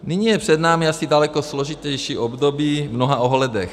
Nyní je před námi asi daleko složitější období v mnoha ohledech.